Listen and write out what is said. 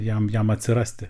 jam jam atsirasti